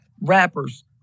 rappers